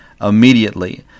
immediately